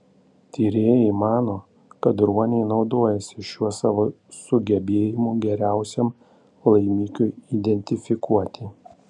tyrėjai mano kad ruoniai naudojasi šiuo savo sugebėjimu geriausiam laimikiui identifikuoti